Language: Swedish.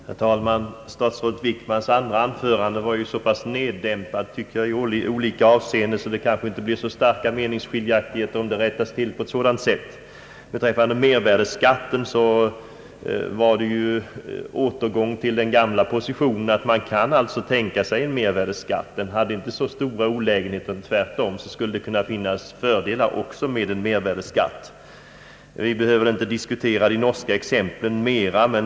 Herr talman! Statsrådet Wickmans andra anförande var så neddämpat i olika avseenden, att meningsskiljaktigheterna kanske inte blir så skarpa. Beträffande mervärdeskatten återgick han till den gamla positionen, d.v.s. att man kan tänka sig en sådan. Den hade inte så stora olägenheter, utan tvärtom skulle det kunna finnas fördelar också. Vi behöver inte diskutera de norska exemplen ytterligare.